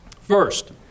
First